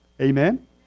Amen